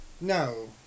No